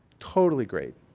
totally great.